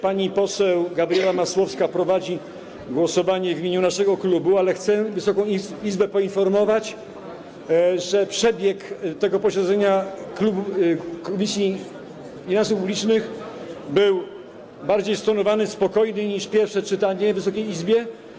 Pani poseł Gabriela Masłowska prowadzi głosowanie w imieniu naszego klubu, ale chcę Wysoką Izbę poinformować, że przebieg tego posiedzenia Komisji Finansów Publicznych był bardziej stonowany, spokojniejszy niż przebieg pierwszego czytania w Wysokiej Izbie.